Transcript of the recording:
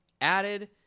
Added